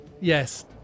Yes